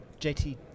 JT